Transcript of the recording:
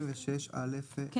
סליחה.